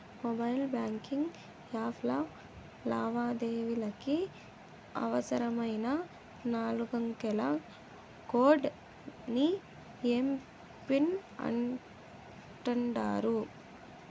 mobile banking యాప్ల లావాదేవీలకి అవసరమైన నాలుగంకెల కోడ్ ని ఎమ్.పిన్ అంటాండారు